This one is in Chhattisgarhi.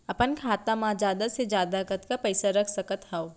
अपन खाता मा जादा से जादा कतका पइसा रख सकत हव?